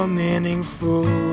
meaningful